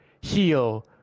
heal